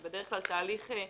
וזה בדרך כלל תהליך -- לא,